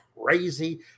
crazy